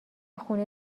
خونه